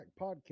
Podcast